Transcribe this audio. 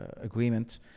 Agreement